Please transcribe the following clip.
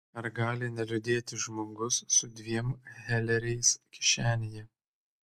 ar gali neliūdėti žmogus su dviem heleriais kišenėje